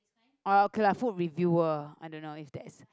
oh okay lah food reviewer I don't know if that's